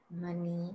money